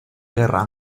guerra